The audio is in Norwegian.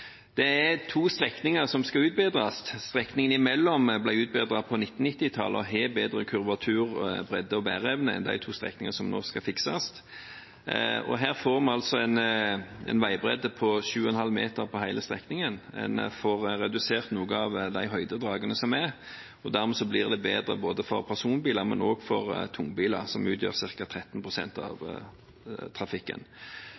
Det er to strekninger som skal utbedres. Strekningen imellom ble utbedret på 1990-tallet og har bedre kurvatur, bredde og bæreevne enn de to strekningene som nå skal fikses. Her får vi altså en veibredde på 7,5 meter på hele strekningen, en får redusert noen av høydedragene, og dermed blir det bedre ikke bare for personbiler, men også for tungtransport, som utgjør ca. 13 pst. av